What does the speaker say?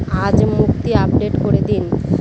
আজ মুক্তি আপডেট করে দিন